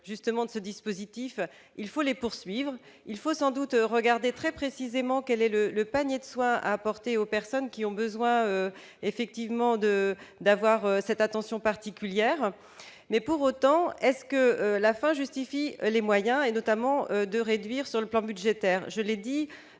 justement de ce dispositif, il faut les poursuivre, il faut sans doute regarder très précisément, quel est le le panier de soins à apporter aux personnes qui ont besoin effectivement de d'avoir cette attention particulière mais pour autant est-ce que la fin justifie les moyens, et notamment de réduire, sur le plan budgétaire, je l'ai dit,